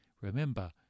Remember